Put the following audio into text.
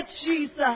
jesus